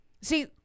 See